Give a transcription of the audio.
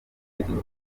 inshuti